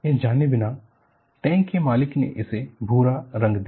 यह जाने बिना टैंक के मालिक ने इसे भूरा रंग दिया